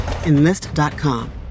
Enlist.com